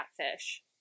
Catfish